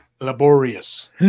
laborious